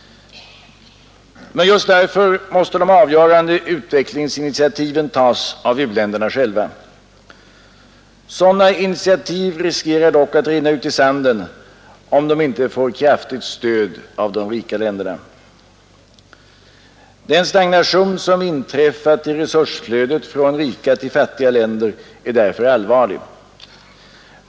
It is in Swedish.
Men just därför måste de avgörande utvecklingsinitiativen tas av u-länderna själva. Sådana initiativ riskerar dock att rinna ut i sanden, om de inte får ett kraftigt stöd av de rika länderna. Den stagnation som inträffat i resursflödet från rika till fattiga länder är därför allvarlig.